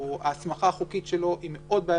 ההסמכה החוקית שלו היא מאוד בעייתית,